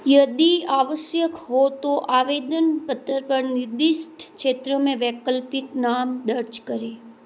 यदि आवश्यक हो तो आवेदन पत्र पर निर्दिष्ट क्षेत्र में वैकल्पिक नाम दर्ज करें